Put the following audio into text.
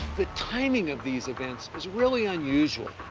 the timing of these events is really unusual.